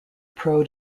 pro